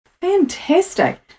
Fantastic